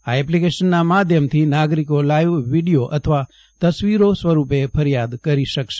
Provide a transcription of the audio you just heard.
આ એપ્લીકેશન માધ્યમથી નાગરિકો લાઇવ વિડિયો અથવા તસવીરો સ્વરૂપે ફરિયાદ કરી શકશે